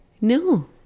No